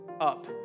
up